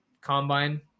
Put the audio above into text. Combine